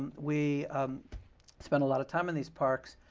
we spend a lot of time in these parks,